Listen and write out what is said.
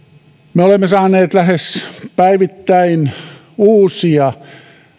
me olemme saaneet ilmi lähes päivittäin uusia